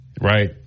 Right